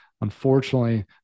unfortunately